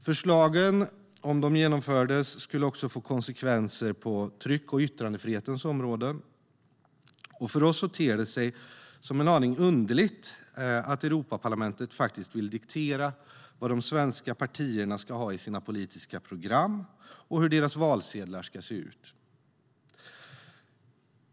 Förslagen skulle, om de genomfördes, också få konsekvenser på tryck och yttrandefrihetens områden. För oss ter det sig en aning underligt att Europaparlamentet faktiskt vill diktera vad de svenska partierna ska ha i sina politiska program och hur deras valsedlar ska se ut.